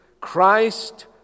Christ